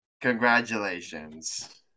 Congratulations